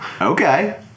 Okay